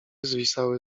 zwisały